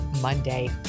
Monday